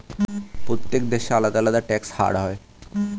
প্রত্যেক দেশে আলাদা আলাদা ট্যাক্স হার হয়